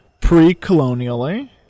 pre-colonially